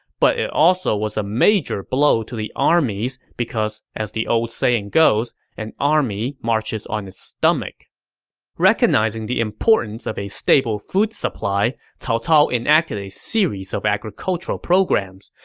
but it also was a major blow to the armies because, as the old saying goes, an army marches on its stomach recognizing the importance of a stable food supply, cao cao enacted a series of agricultural programs.